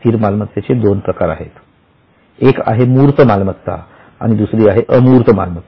स्थिर मालमत्तेचे दोन प्रकार आहेत एक आहे मूर्त मालमत्ता आणि दुसरी अमूर्त मालमत्ता